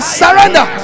surrender